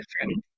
different